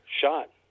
shot